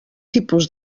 tipus